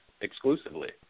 exclusively